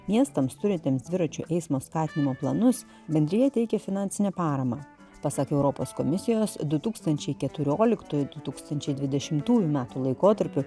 miestams turintiems dviračių eismo statymo planus bendrija teikia finansinę paramą pasak europos komisijos du tūkstančiai keturioliktųjų du tūkstančiai dvidešimtųjų metų laikotarpiu